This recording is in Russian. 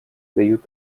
дают